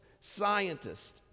scientists